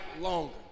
longer